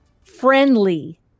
friendly